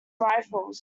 rifles